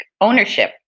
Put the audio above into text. ownership